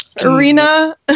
arena